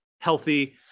healthy